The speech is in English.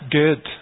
good